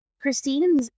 Christine